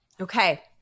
Okay